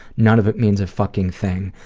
none of it means a fucking thing.